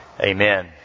Amen